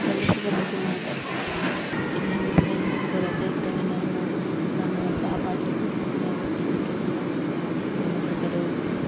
ಕೆಲಸದ ಬಗ್ಗೆ ಮಾತಾಡ್ತಿದ್ವಿ ಇಲ್ಲ ಅಂದರೆ ನಮಗೆ ರಜೆ ಇದ್ದರೆ ನಾವು ನಮ್ಮ ಸಹಪಾಠಿ ಜೊತೆ ನಾವು ಎಲ್ಲಿ ಕೆಲಸ ಮಾಡ್ತಿದ್ವಿ ಅವ್ರ ಜೊತೆಯೆಲ್ಲ ಹೊರಗಡೆ ಹೋಗಿ